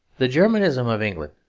the germanisation of england,